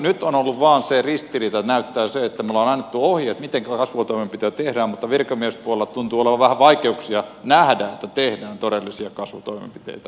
nyt on ollut vain se ristiriita että näyttää siltä että me olemme antaneet ohjeet mitenkä kasvutoimenpiteitä tehdään mutta virkamiespuolella tuntuu olevan vähän vaikeuksia nähdä että tehdään todellisia kasvutoimenpiteitä